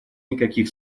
никаких